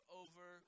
over